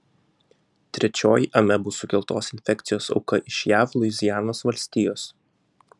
trečioji amebų sukeltos infekcijos auka iš jav luizianos valstijos